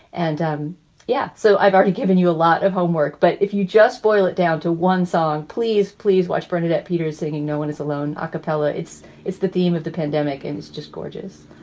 and um yeah. so i've already given you a lot of homework. but if you just boil it down to one song, please, please watch bernadette peters singing no one is alone. acappella. it's it's the theme of the pandemic and is just gorgeous